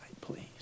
please